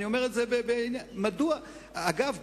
אגב,